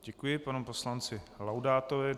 Děkuji panu poslanci Laudátovi.